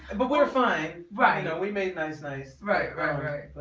but we're fine right no we made nice nice. right right right.